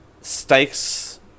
stakes